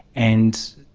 and